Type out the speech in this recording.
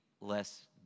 less